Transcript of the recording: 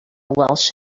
welsh